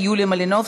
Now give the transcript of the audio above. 38 חברי כנסת